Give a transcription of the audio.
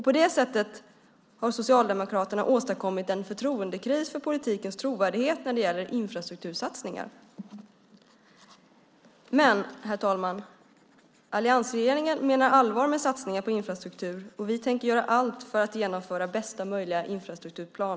På det sättet har Socialdemokraterna åstadkommit en förtroendekris för politikens trovärdighet när det gäller infrastruktursatsningar. Herr talman! Alliansregeringen menar allvar med satsningar på infrastruktur, och vi tänker göra allt för att genomföra bästa möjliga infrastrukturplan.